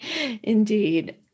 indeed